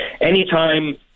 anytime